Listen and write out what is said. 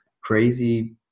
crazy